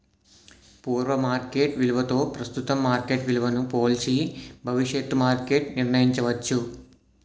పూర్వ మార్కెట్ విలువతో ప్రస్తుతం మార్కెట్ విలువను పోల్చి భవిష్యత్తు మార్కెట్ నిర్ణయించవచ్చు